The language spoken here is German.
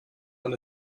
man